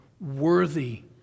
worthy